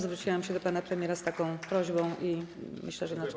Zwróciłam się do pana premiera z taką prośbą i myślę, że na czwartek.